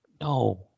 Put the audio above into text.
No